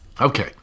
Okay